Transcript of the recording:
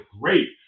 Great